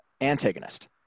antagonist